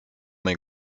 mej